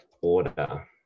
order